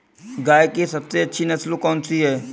गाय की सबसे अच्छी नस्ल कौनसी है?